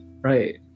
Right